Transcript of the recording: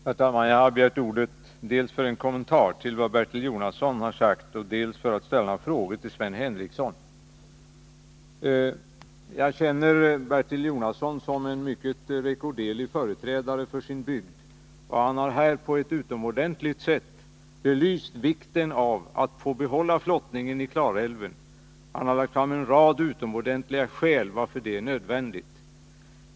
Herr talman! Jag har begärt ordet dels för att göra en kommentar till vad Bertil Jonasson har sagt, dels för att ställa några frågor till Sven Henricsson. Jag känner Bertil Jonasson som en mycket rekorderlig företrädare för sin bygd. Han har här på ett utmärkt sätt belyst vikten av att få behålla flottningen i Klarälven och lagt fram en rad utomordentliga skäl för att visa att det är nödvändigt.